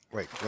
Wait